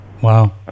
Wow